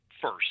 first